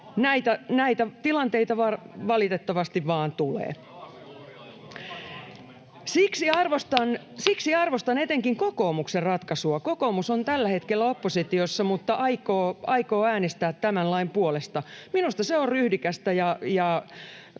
— Hälinää — Puhemies koputtaa] Siksi arvostan etenkin kokoomuksen ratkaisua. Kokoomus on tällä hetkellä oppositiossa mutta aikoo äänestää tämän lain puolesta. [Perussuomalaisten ryhmästä: